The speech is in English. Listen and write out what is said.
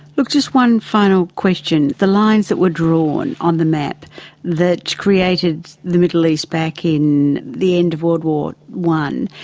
look, just one final question, the lines that were drawn on the map that created the middle east back in the end of world war i,